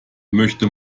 möchte